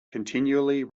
continually